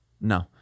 No